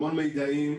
המון מידעים,